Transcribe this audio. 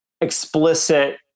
explicit